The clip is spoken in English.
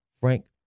Frank